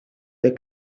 the